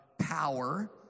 power